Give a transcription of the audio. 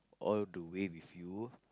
all the way with you